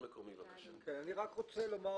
אני רק רוצה לומר,